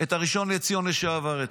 את הראשון לציון לשעבר אתמול.